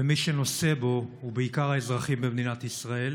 ומי שנושא בו הוא בעיקר האזרחים במדינת ישראל.